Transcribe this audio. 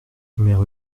mère